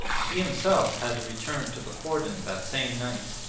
he himself had to return to the cordon that same night.